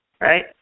right